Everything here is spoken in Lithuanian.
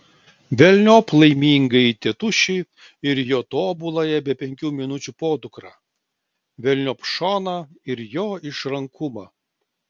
velniop laimingąjį tėtušį ir jo tobuląją be penkių minučių podukrą velniop šoną ir jo išrankumą